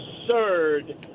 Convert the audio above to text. Absurd